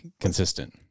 consistent